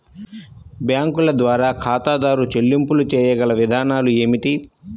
బ్యాంకుల ద్వారా ఖాతాదారు చెల్లింపులు చేయగల విధానాలు ఏమిటి?